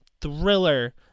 thriller